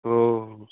ओ